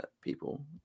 people